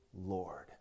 Lord